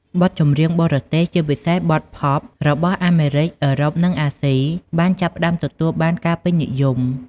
បទចម្រៀងបរទេស ជាពិសេសបទផប់ របស់អាមេរិក អឺរ៉ុប និងអាស៊ី បានចាប់ផ្ដើមទទួលបានការពេញនិយម។